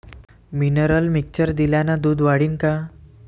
Mineral mixture दिल्यानं दूध वाढीनं का?